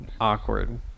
awkward